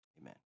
amen